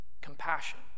Compassion